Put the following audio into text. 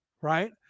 right